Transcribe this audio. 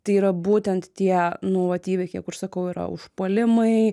tai yra būtent tie nu vat įvykiai kur sakau yra užpuolimai